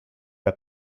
que